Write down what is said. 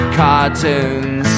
cartoons